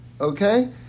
okay